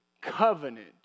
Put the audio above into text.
covenant